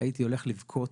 הייתי הולך לבכות